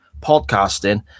podcasting